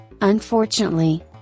Unfortunately